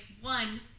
One